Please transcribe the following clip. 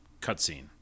cutscene